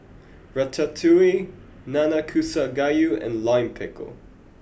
Ratatouille Nanakusa Gayu and Lime Pickle